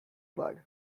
plug